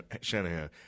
Shanahan